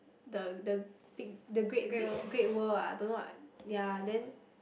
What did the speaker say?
the the big the great big great world ah don't know what ya then